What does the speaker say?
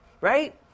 right